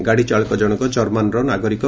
ଗାଡ଼ି ଚାଳକ ଜଣକ ଜର୍ମାନର ନାଗରିକ